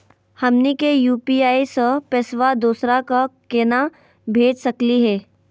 हमनी के यू.पी.आई स पैसवा दोसरा क केना भेज सकली हे?